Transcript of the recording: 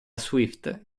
swift